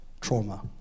trauma